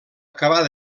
acabar